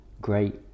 great